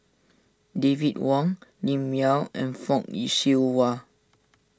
David Wong Lim Yau and Fock Yi Siew Wah